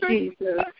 Jesus